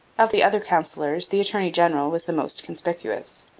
of the other councillors the attorney-general was the most conspicuous.